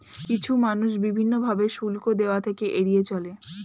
কিছু মানুষ বিভিন্ন ভাবে শুল্ক দেওয়া থেকে এড়িয়ে চলে